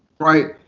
right?